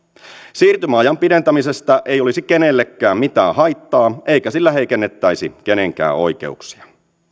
siirtymäajan pidentämisestä ei olisi kenellekään mitään haittaa eikä sillä heikennettäisi kenenkään oikeuksia